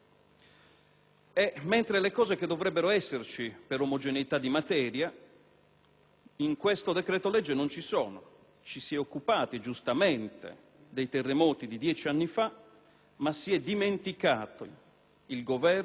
in questo decreto-legge non ci sono. Ci si è occupati, giustamente, dei terremoti di dieci anni fa, ma si è dimenticato, il Governo, degli interventi urgenti per le alluvioni avvenute in Sardegna meno di un mese fa.